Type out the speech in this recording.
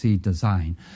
design